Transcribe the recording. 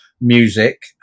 music